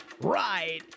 right